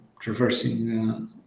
traversing